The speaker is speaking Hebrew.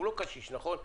הוא לא קשיש, נכון?